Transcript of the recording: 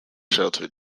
shelter